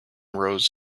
rows